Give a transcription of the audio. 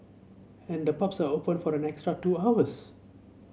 and the pubs are open for an extra two hours